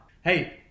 Hey